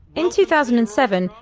in two thousand and seven,